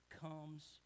Comes